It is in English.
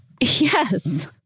Yes